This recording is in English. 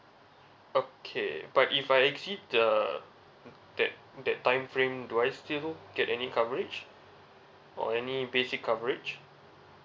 okay but if I exit the that that time frame do I still get any coverage or any basic coverage